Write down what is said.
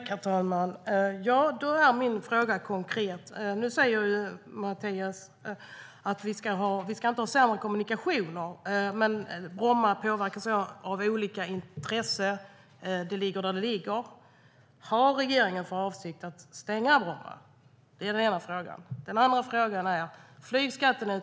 Herr talman! Ja, mina frågor är konkreta. Nu säger Mattias att vi inte ska ha sämre kommunikationer, men Bromma påverkas av olika intressen. Det ligger där det ligger. Har regeringen för avsikt att stänga Bromma? Det är den ena frågan. Den andra frågan gäller flygskatten.